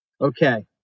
Okay